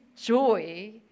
joy